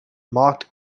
marked